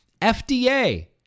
FDA